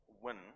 win